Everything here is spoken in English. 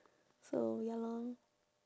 so ya lor